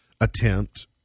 attempt –